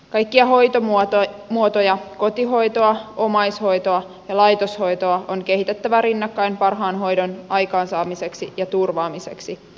kaikkia hoitomuotoja kotihoitoa omais hoitoa ja laitoshoitoa on kehitettävä rinnakkain parhaan hoidon aikaansaamiseksi ja turvaamiseksi